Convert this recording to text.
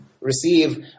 receive